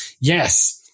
Yes